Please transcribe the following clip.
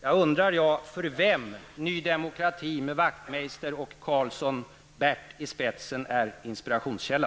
Jag undrar för vem Ny demokrati med Ian Wachtmeister och Bert Karlsson i spetsen är inspirationskälla.